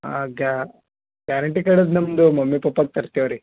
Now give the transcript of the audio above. ಹಾಂ guarantee card ಅದ ನಮ್ಮದು ಮಮ್ಮಿ ಪಪ್ಪದು ತರ್ತೇವೆ ರೀ